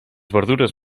verdures